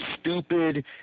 stupid